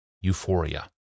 euphoria